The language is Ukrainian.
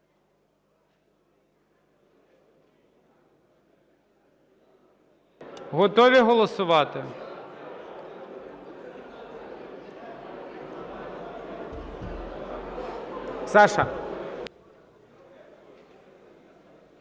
Готові голосувати? Ставлю